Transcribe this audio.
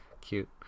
cute